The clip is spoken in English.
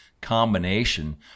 combination